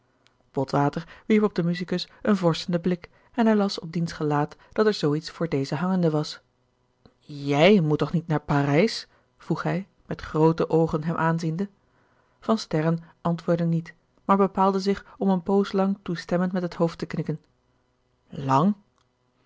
botwater wierp op den musicus een vorschenden blik en hij las op diens gelaat dat er zoo iets voor dezen hangende was jij moet toch niet naar parijs vroeg hij met groote oogen hem aanziende van sterren antwoordde niet maar bepaalde zich om een poos lang toestemmend met het hoofd te knikken lang